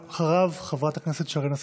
אחריו, חברת הכנסת שרן השכל.